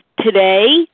today